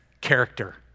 character